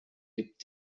gibt